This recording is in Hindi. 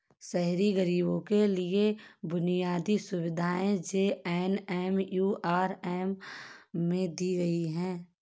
शहरी गरीबों के लिए बुनियादी सुविधाएं जे.एन.एम.यू.आर.एम में दी गई